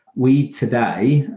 we today,